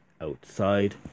outside